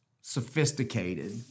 sophisticated